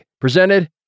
presented